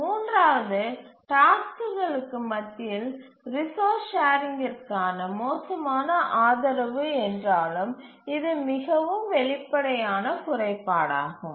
மூன்றாவது டாஸ்க்குகளுக்கு மத்தியில் ரிசோர்ஸ் ஷேரிங்கிற்கான மோசமான ஆதரவு என்றாலும் இது மிகவும் வெளிப்படையான குறைபாடாகும்